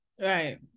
Right